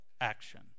action